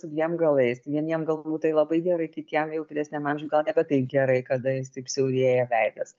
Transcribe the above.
su dviem galais vieniem galbūt tai labai gerai kitiem jau vyresniam amžiui gal nebe taip gerai kada jis taip siaurėja veidas